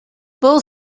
both